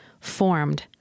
formed